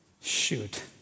shoot